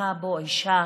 שנרצחה בו אישה,